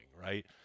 right